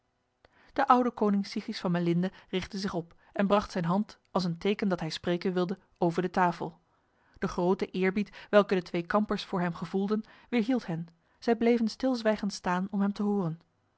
de oude koning sigis van melinde richtte zich op en bracht zijn hand als een teken dat hij spreken wilde over de tafel de grote eerbied welke de twee kampers voor hem gevoelden weerhield hen zij bleven stilzwijgend staan om hem te horen